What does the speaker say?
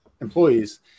employees